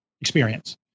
experience